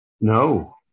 No